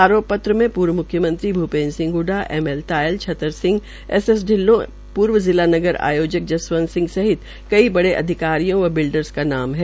आरोप पत्र में पर्व् मुख्यमंत्री Bhupendra Singh Hooda M C Tayal Chhatar Singh S S शिल्लों पूर्व जिला नगर आयोजक जसवंत सिंह सहित कई बड़े अधिकारियों व बिल्डरर्स का नाम है